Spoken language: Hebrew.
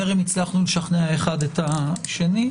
טרם הצלחנו לשכנע אחד את השני.